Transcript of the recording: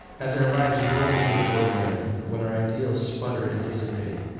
as our lives roll into the ordinary, when our ideals sputter and dissipate,